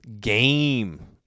Game